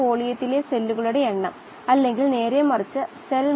വീഡിയോകളുടെ സഹായത്തോടെ നമ്മൾ മനസ്സിലാക്കി